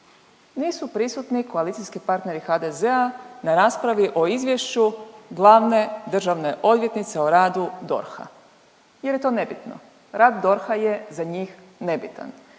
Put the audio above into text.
Nisu prisutni koalicijski partneri HDZ-a na raspravi o Izvješću glavne državne odvjetnice o radu DORH-a jer je to nebitno. Rad DORH-a je za njih nebitan